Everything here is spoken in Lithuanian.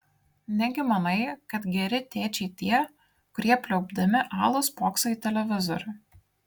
negi manai kad geri tėčiai tie kurie pliaupdami alų spokso į televizorių